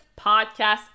podcast